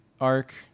arc